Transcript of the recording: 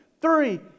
three